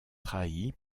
trahi